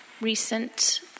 recent